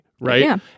Right